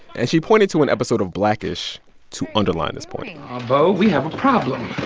and she pointed to an episode of black-ish to underline this point bow, we have a problem.